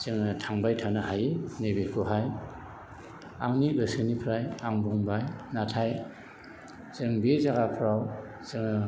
जोङो थांबाय थानो हायो नैबेखौहाय आंनि गोसोनिफ्राय आं बुंबाय नाथाय जों बे जायगाफ्राव जोङो